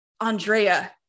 Andrea